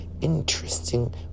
interesting